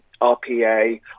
RPA